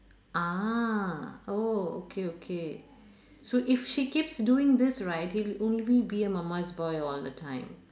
ah oh okay okay so if she keeps doing this right he'll only be a mama's boy all the time